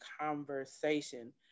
conversation